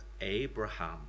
Abraham